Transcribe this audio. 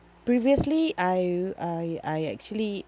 previously I I I actually